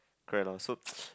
so